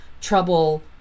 trouble